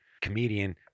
comedian